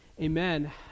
Amen